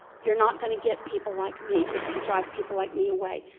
you're not going to get people like me. you're going to drive people like me away.